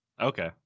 okay